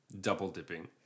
double-dipping